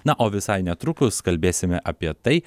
na o visai netrukus kalbėsime apie tai